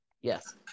Yes